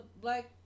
black